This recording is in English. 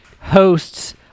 hosts